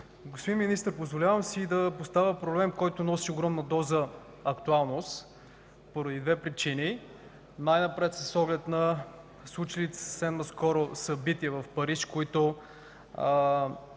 Господин Министър, позволявам си да поставя проблем, който носи огромна доза актуалност, поради две причини: най-напред с оглед на случилите се съвсем наскоро събития в Париж, които